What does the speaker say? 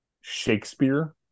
Shakespeare